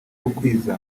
gukwiza